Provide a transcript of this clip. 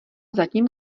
zatím